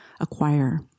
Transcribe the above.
acquire